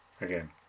again